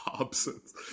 absence